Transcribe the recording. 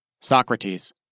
Socrates